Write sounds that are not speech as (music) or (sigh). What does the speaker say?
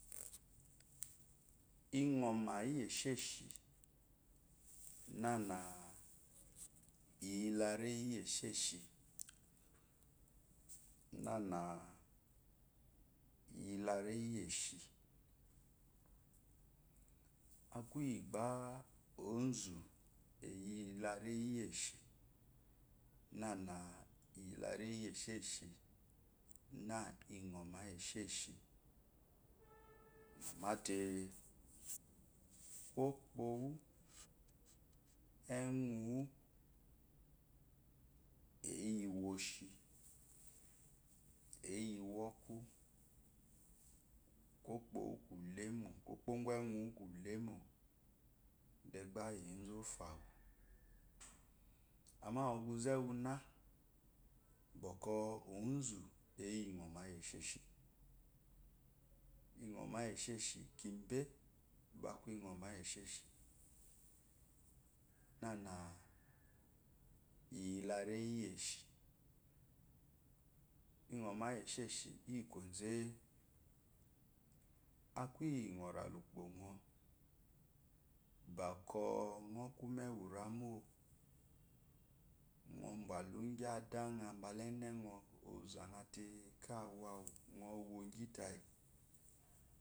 Inɔmá iyi esheshi nana eyi la reyi iyi esheshi nana eyi la reyi iyi eshi akuiyi bá olu eyi la reyi iyi eshi nana eyi la reyi iyi esheshi na innama isheshi (noise) mate kwopo wu enwuwu iyiwoshi iyiwoku kwopo wu kuwhemi kwopogyewu kulemo de bá ezu afa wa amma ɔgube uwú úna bɔkɔ ozo eyi nɔma iyi esheshi iyi nɔma iyi eshishi kigbe ba aku inmɔma iyi esheshi nawa iyi la reyi iye eshi innoma iyi eshohi inyi kwo ze nevi nɔ ra hi inyi kwoze nevi nɔ ra lá ukpó nɔ bɔkɔ nɔkuma úwúramo nəbá lu ingyi enmo nbakn ada te ka wo awo no a unno wo awu awú wogyi tayi.